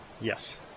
Yes